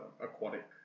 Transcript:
aquatic